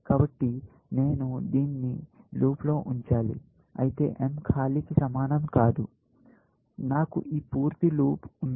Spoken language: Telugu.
కాబట్టి నేను దీన్ని లూప్లో ఉంచాలి అయితే m ఖాళీకి సమానం కాదు నాకు ఈ పూర్తి లూప్ ఉంది